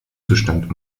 zustand